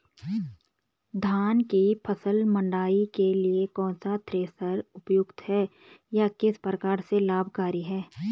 धान की फसल मड़ाई के लिए कौन सा थ्रेशर उपयुक्त है यह किस प्रकार से लाभकारी है?